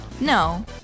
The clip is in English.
No